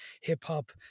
hip-hop